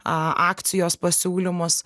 a akcijos pasiūlymus